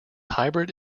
hybrid